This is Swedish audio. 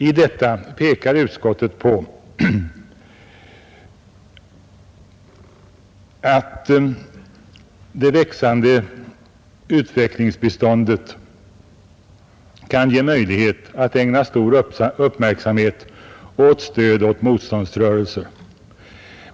I detta pekar utskottet på möjligheten att inom ramen för det växande utvecklingsbiståndet ägna stor uppmärksamhet åt stöd åt motståndsrörelser.